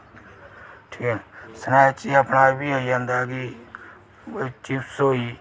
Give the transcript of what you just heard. ठीक ऐ स्नैक्स च अपना एह्बी आई जंदा कि चिप्स होई